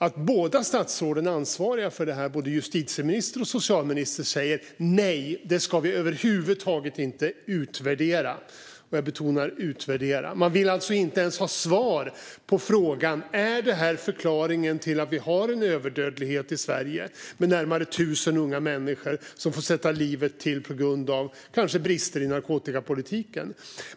Det märkliga blir då att båda de ansvariga statsråden, justitieministern och socialministern, säger: Nej, det ska vi över huvud taget inte utvärdera. Jag betonar "utvärdera". Man vill alltså inte ens ha svar på frågan: Är det här förklaringen till att vi har en överdödlighet i Sverige? Närmare 1 000 unga människor får sätta livet till kanske på grund av brister i narkotikapolitiken.